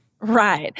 Right